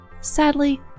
Sadly